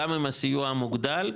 גם אם הסיוע המוגדל,